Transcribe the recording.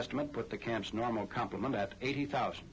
estimate put the camps normal complement at eighty thousand